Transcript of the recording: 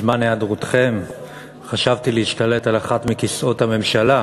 בזמן היעדרותכם חשבתי להשתלט על אחד מכיסאות הממשלה,